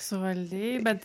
suvaldei bet